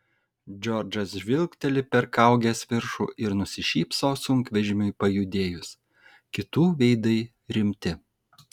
džordžas žvilgteli per kaugės viršų ir nusišypso sunkvežimiui pajudėjus kitų veidai rimti